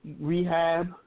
rehab